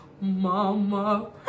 Mama